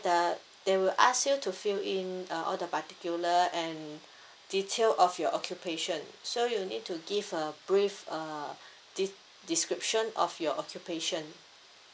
the they will ask you to fill in uh all the particular and detail of your occupation so you'll need to give a brief uh de~ description of your occupation